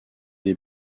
des